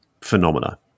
phenomena